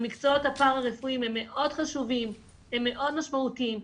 המקצועות הפרה-רפואיים הם מאוד חשובים ומאוד משמעותיים,